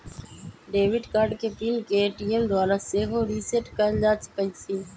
debit card के PIN के ATM द्वारा सेहो रीसेट कएल जा सकै छइ